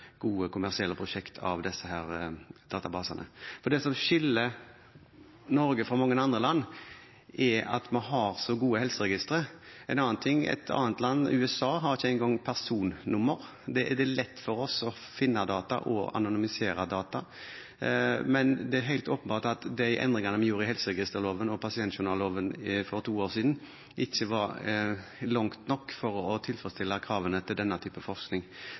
av disse databasene. Det som skiller Norge fra mange andre land, er at vi har så gode helseregistre. En annen ting: Et annet land, USA, har ikke engang personnummer. Det er lett for oss å finne data og anonymisere data, men det er helt åpenbart at de endringene vi gjorde i helseregisterloven og pasientjournalloven for to år siden, ikke var nok til å tilfredsstille kravene til denne type forskning.